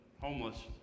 homeless